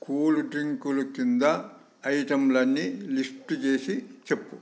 cool డ్రింకులు కింద ఐటెంలు అన్నీ లిస్టు చేసి చెప్పు